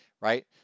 right